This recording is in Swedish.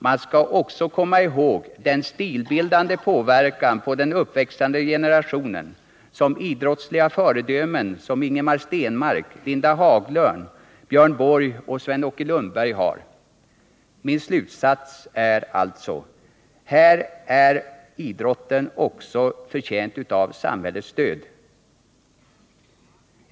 Man skall också komma ihåg den stilbildande påverkan på den uppväxande generationen som idrottsliga föredömen som Ingemar Stenmark, Linda Haglund, Björn Borg och Sven-Åke Lundbäck har. Min slutsats är alltså att också elitidrotten bör ha samhällets stöd.